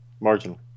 marginal